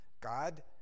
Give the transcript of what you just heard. God